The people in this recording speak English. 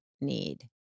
need